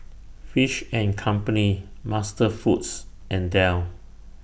Fish and Company MasterFoods and Dell